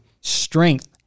strength